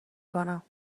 کنم